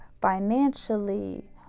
financially